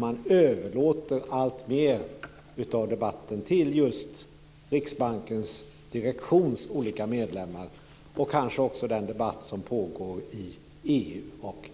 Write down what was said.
Man överlåter alltmer av debatten till Riksbankens direktions olika medlemmar och kanske också till den debatt som pågår i EU och